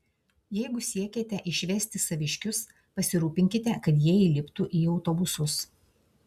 jeigu siekiate išvesti saviškius pasirūpinkite kad jie įliptų į autobusus